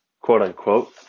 quote-unquote